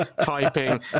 typing